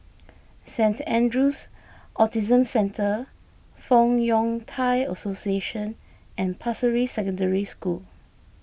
Saint andrew's Autism Centre Fong Yun Thai Association and Pasir Ris Secondary School